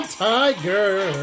tiger